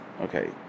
okay